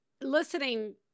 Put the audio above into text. listening-